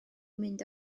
mynd